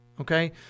Okay